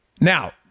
Now